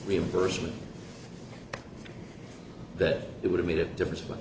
reimbursement that it would have made a difference